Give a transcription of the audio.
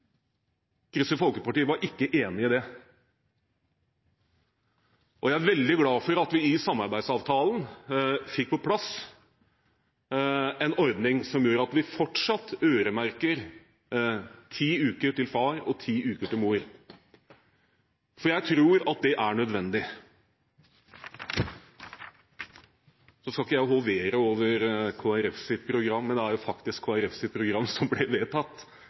Kristelig Folkeparti var ikke enig i det. Jeg er veldig glad for at vi i samarbeidsavtalen fikk på plass en ordning som gjør at vi fortsatt øremerker ti uker til far og ti uker til mor, for jeg tror at det er nødvendig. Nå skal ikke jeg hovere over Kristelig Folkepartis program, men det er faktisk Kristelig Folkepartis program som ble vedtatt,